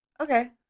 Okay